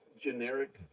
generic